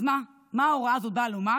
אז מה ההוראה הזאת באה לומר?